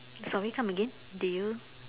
sorry come again do you